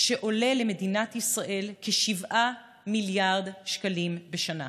שעולה למדינת ישראל כ-7 מיליארד שקלים בשנה?